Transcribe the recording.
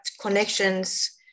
connections